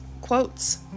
quotes